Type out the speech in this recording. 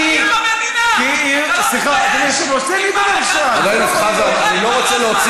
סליחה, אז לא נתת לי.